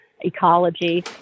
ecology